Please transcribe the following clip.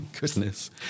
goodness